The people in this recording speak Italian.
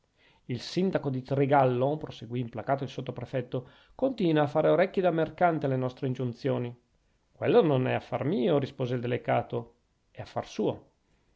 il sindaco di trigallo proseguì implacato il sottoprefetto continua a fare orecchi da mercante alle nostre ingiunzioni quello non è affar mio rispose il delegato è affar suo